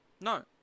No